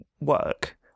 work